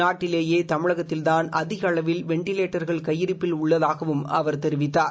நாட்டிலேயே தமிழகத்தில்தான் அதிக அளவில் வெண்டிலேட்டர்கள் கையிருப்பில் உள்ளதாகவும் அவர் தெரிவித்தார்